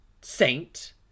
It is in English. Saint